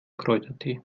kräutertee